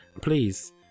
please